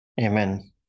Amen